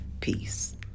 Peace